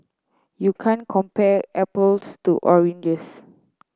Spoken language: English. you can't compare apples to oranges